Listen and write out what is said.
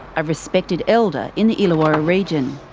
a respected elder in the illawarra region.